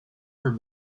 her